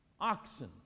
oxen